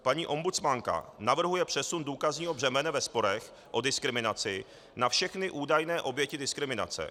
Paní ombudsmanka navrhuje přesun důkazního břemene ve sporech o diskriminaci na všechny údajné oběti diskriminace.